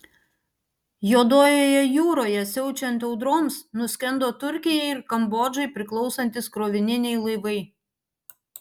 juodojoje jūroje siaučiant audroms nuskendo turkijai ir kambodžai priklausantys krovininiai laivai